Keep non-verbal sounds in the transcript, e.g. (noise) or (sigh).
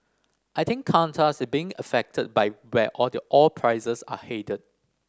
I think Qantas is being affected by where (unintelligible) the oil prices are headed